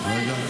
משה טור פז,